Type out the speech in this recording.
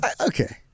okay